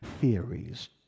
theories